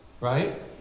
right